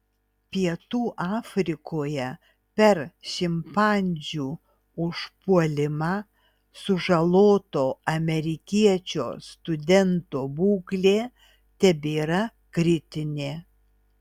pietų afrikoje per šimpanzių užpuolimą sužaloto amerikiečio studento būklė tebėra kritinė